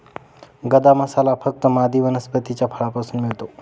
गदा मसाला फक्त मादी वनस्पतीच्या फळापासून मिळतो